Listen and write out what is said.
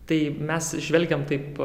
tai mes žvelgiam taip